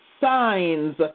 signs